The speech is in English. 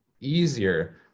easier